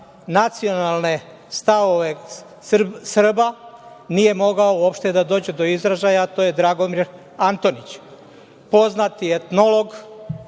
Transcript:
nacionalne stavove Srba, nije mogao uopšte da dođe do izražaja, a to je Dragomir Antonić, poznati etnolog,